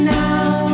now